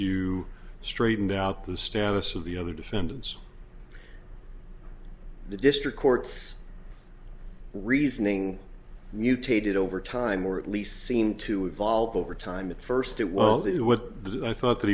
you straightened out the status of the other defendants the district courts reasoning mutated over time or at least seemed to evolve over time at first it well that what i thought that